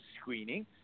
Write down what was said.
screening